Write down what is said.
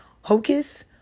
Hocus